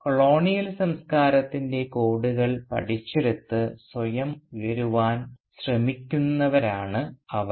colonial സംസ്കാരത്തിൻറെ കോഡുകൾ പഠിച്ചെടുത്തു സ്വയം ഉയരാൻ ശ്രമിക്കുന്നവരാണ് അവർ